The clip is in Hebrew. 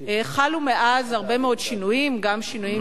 חלו מאז הרבה מאוד שינויים, גם שינויים